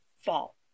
Fall